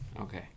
Okay